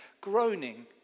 groaning